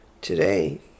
today